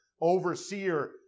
overseer